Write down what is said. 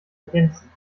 ergänzen